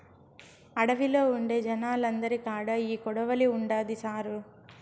అడవిలో ఉండే జనాలందరి కాడా ఈ కొడవలి ఉండాది సారూ